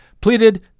pleaded